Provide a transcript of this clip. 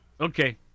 Okay